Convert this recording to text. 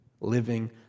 living